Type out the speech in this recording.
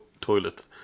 toilet